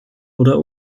oder